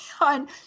on